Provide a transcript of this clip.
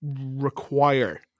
require